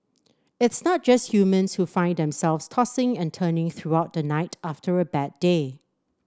its not just humans who find themselves tossing and turning throughout the night after a bad day